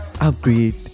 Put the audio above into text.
upgrade